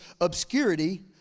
obscurity